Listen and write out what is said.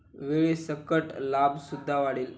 वेळेसकट लाभ सुद्धा वाढेल